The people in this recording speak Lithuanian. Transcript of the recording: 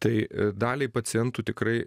tai daliai pacientų tikrai